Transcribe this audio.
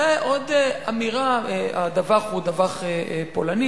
הדווח הוא דווח פולני,